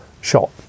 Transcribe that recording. shot